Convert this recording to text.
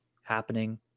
happening